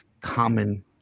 common